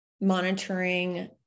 monitoring